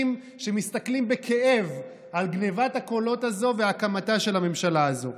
שמסתכלים בכאב על גנבת הקולות הזאת והקמתה של הממשלה הזאת.